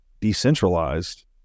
decentralized